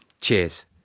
cheers